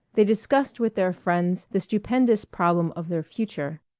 they discussed with their friends the stupendous problem of their future.